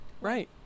right